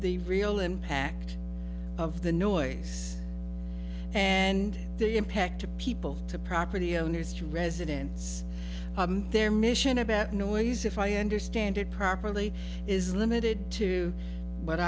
the real impact of the noise and the impact to people to property owners to residents their mission about noise if i understand it properly is limited to what